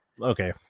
okay